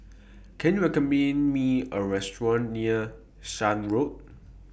Can YOU recommend Me A Restaurant near Shan Road